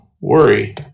worry